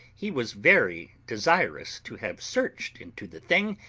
he was very desirous to have searched into the thing,